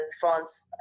France